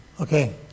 Okay